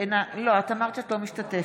אינה נוכחת לא, את אמרת שאת לא משתתפת.